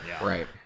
Right